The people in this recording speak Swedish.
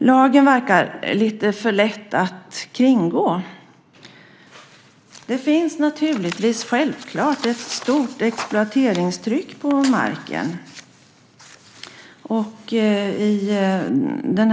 Lagen verkar lite för lätt att kringgå. Det finns självklart ett stort exploateringstryck när det gäller marken.